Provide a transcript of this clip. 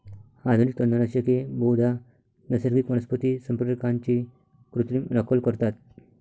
आधुनिक तणनाशके बहुधा नैसर्गिक वनस्पती संप्रेरकांची कृत्रिम नक्कल करतात